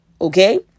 Okay